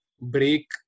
break